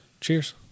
Cheers